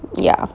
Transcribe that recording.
ya